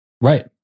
Right